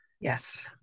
Yes